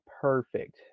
Perfect